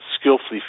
skillfully